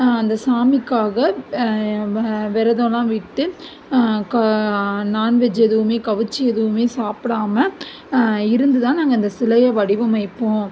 அந்த சாமிக்காக வெ விரதம்லாம் விட்டு க நாண்வெஜ் எதுவுமே கவுச்சி எதுவுமே சாப்பிடாம இருந்து தான் நாங்க இந்த சிலையை வடிவமைப்போம்